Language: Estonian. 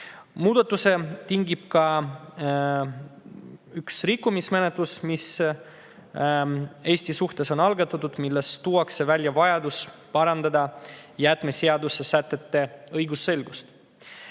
Muudatuse tingib ka üks rikkumismenetlus, mis Eesti suhtes on algatatud ja milles tuuakse välja vajadus parandada jäätmeseaduse sätete õigusselgust.